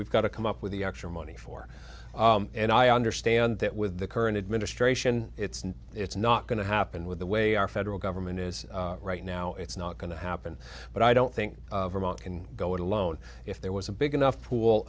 we've got to come up with the extra money for and i understand that with the current administration it's and it's not going to happen with the way our federal government is right now it's not going to happen but i don't think a month can go it alone if there was a big enough pool